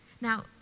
Now